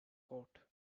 coat